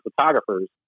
photographers